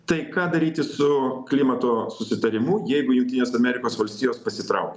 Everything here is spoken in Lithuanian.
tai ką daryti su klimato susitarimu jeigu jungtinės amerikos valstijos pasitrauk